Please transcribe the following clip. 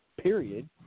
period